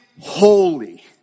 holy